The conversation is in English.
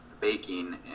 baking